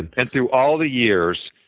and through all the years,